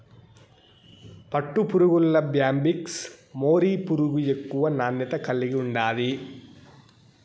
పట్టుపురుగుల్ల Bombyx mori పురుగు ఎక్కువ నాణ్యత కలిగుండాది